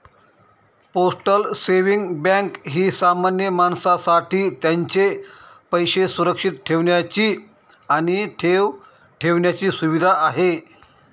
postal saving bank ही सामान्य माणसासाठी त्यांचे पैसे सुरक्षित ठेवण्याची आणि ठेव ठेवण्याची सुविधा आहे